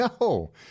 No